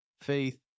faith